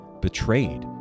betrayed